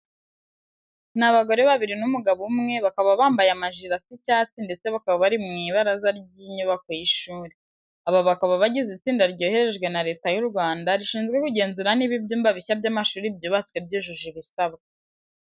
Ni abagore babiri n'umugabo umwe, bakaba bambaye amajire asa icyatsi ndetse bakaba bari mu ibaraza ry'inyubako y'ishuri. Aba bakaba bagize itsinda ryoherejwe na Leta y'u Rwanda rishinzwe kugenzura niba ibyumba bishya by'amashuri byubatswe byujuje ibisabwa.